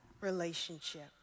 relationship